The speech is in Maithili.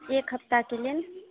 एक हप्ताहके लेल